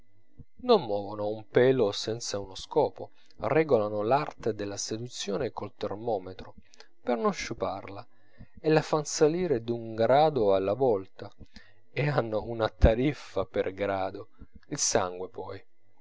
non movono un pelo senza uno scopo regolano l'arte della seduzione col termometro per non sciuparla e la fan salire d'un grado alla volta e hanno una tariffa per grado il sangue poi